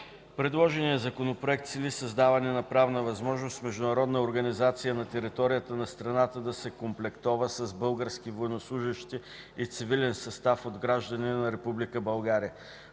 Предложеният Законопроект цели създаване на правна възможност международна организация на територията на страната да се комплектува с български военнослужещи и цивилен състав от граждани на Република България.